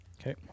Okay